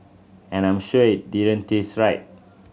and I'm sure it didn't taste right